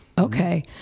Okay